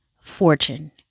fortune